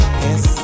yes